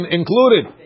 included